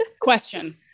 Question